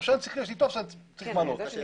יש לי טופס שאני צריך למלא.